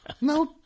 No